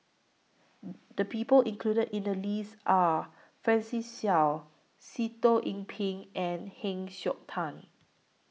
The People included in The list Are Francis Seow Sitoh Yih Pin and Heng Siok Tian